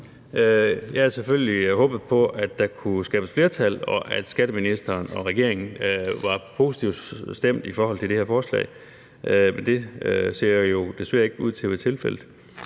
Jeg havde selvfølgelig håbet på, at der kunne skabes flertal, og at skatteministeren og regeringen var positivt stemt i forhold til det her forslag, men det ser jo desværre ikke ud til at være tilfældet,